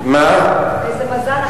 איזה מזל.